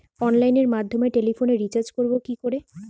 অনলাইনের মাধ্যমে টেলিফোনে রিচার্জ করব কি করে?